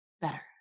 Better